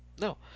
No